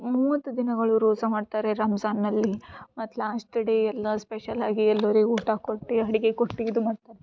ಮೂವತ್ತು ದಿನಗಳು ರೋಜಾ ಮಾಡ್ತಾರೆ ರಂಜಾನಲ್ಲಿ ಮತ್ತು ಲಾಸ್ಟ್ ಡೇ ಎಲ್ಲ ಸ್ಪೆಷಲ್ ಆಗಿ ಎಲ್ಲರಿಗು ಊಟ ಕೊಟ್ಟು ಅಡ್ಗಿ ಕೊಟ್ಟು ಇದು ಮಾಡ್ತಾರೆ